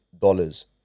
dollars